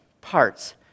parts